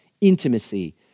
intimacy